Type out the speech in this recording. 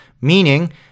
meaning